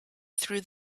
through